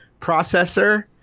processor